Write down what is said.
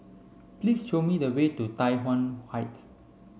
please show me the way to Tai Yuan Heights